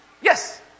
Yes